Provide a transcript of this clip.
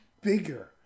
bigger